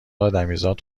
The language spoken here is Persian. ادمیزاد